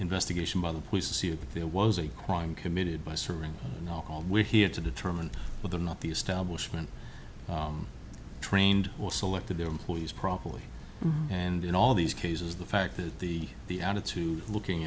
investigation by the police to see if there was a crime committed by serving you know we're here to determine whether or not the establishment trained or selected their employees properly and in all these cases the fact that the the attitude of looking